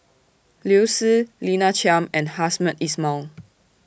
Liu Si Lina Chiam and Hamed Ismail